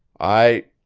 i